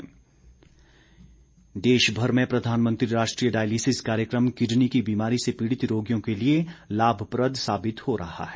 ground report dialysis देशभर में प्रधानमंत्री राष्ट्रीय डायलिसिस कार्यक्रम किडनी की बीमारी से पीड़ित रोगियों के लिए लाभप्रद साबित हो रहा है